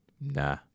Nah